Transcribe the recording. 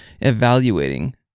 evaluating